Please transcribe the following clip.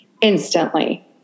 instantly